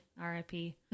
R-I-P